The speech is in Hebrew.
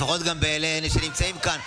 לפחות גם בעיני אלה שנמצאים כאן.